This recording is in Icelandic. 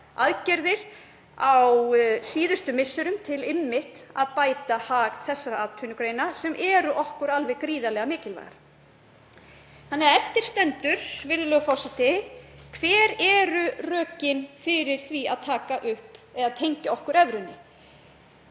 aðgerðir á síðustu misserum til að bæta hag þessara atvinnugreina sem eru okkur alveg gríðarlega mikilvægar. Eftir stendur, virðulegur forseti: Hver eru rökin fyrir því að taka upp eða tengja okkur evrunni?